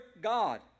God